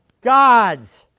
God's